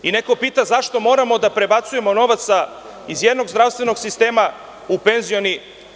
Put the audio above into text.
Neko pita - zašto moramo da prebacujemo novac iz jednog zdravstvenog sistema u penzioni?